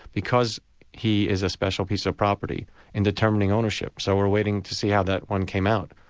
because he is a special piece of property in determining ownership'. so we're waiting to see how that one came out.